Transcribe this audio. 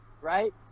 right